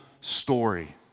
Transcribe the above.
story